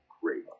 great